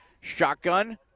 Shotgun